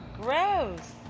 Gross